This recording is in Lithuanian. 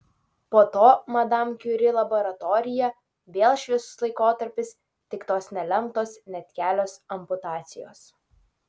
po to madam kiuri laboratorija vėl šviesus laikotarpis tik tos nelemtos net kelios amputacijos